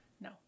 No